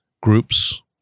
groups